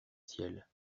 ciel